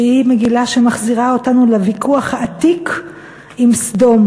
שהיא מגילה שמחזירה אותנו לוויכוח העתיק עם סדום.